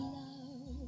love